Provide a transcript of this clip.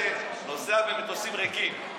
זה נוסע במטוסים ריקים,